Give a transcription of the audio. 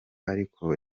ariko